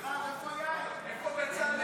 מירב בן ארי, רם בן ברק,